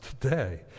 today